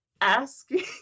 asking